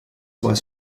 weiß